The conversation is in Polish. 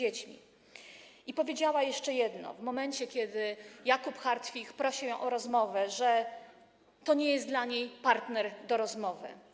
I powiedziała jeszcze jedno, w momencie kiedy Jakub Hartwich prosił ją o rozmowę, że: to nie jest dla niej partner do rozmowy.